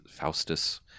Faustus